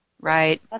Right